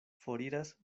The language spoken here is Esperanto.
foriras